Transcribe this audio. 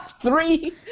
Three